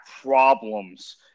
problems